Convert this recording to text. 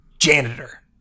janitor